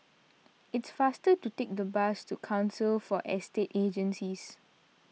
it's faster to take the bus to Council for Estate Agencies